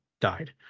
died